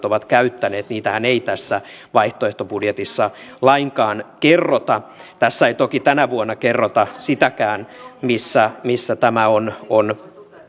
ovat käyttäneet niitähän ei tässä vaihtoehtobudjetissa lainkaan kerrota tässä ei toki tänä vuonna kerrota sitäkään missä missä tämä on on